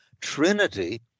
Trinity